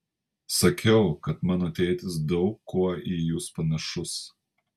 sakiau kad mano tėtis daug kuo į jus panašus